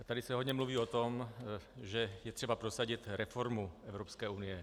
Tady se hodně mluví o tom, že je třeba prosadit reformu Evropské unie.